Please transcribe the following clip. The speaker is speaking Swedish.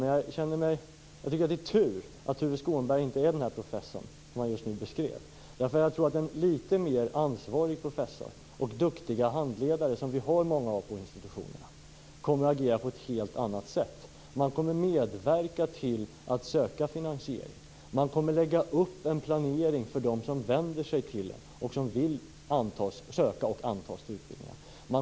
Men det är tur att Tuve Skånberg inte är den professor som han nu beskrev. Jag tror att en litet mer ansvarig professor och duktiga handledare, som vi har många av på institutionerna, kommer att agera på ett helt annat sätt. De kommer att medverka till att söka finansiering. De kommer att lägga upp en planering för dem som vänder sig till dem och som vill söka och antas till utbildningar.